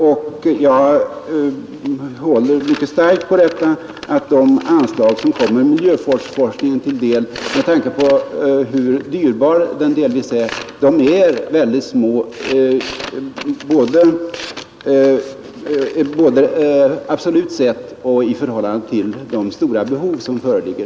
Jag håller mycket starkt på att de anslag som kommer miljövårdsforskningen till del, med tanke på hur dyrbar den delvis är, är ytterst små både absolut sett och i förhållande till de stora behov som föreligger.